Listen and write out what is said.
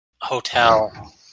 hotel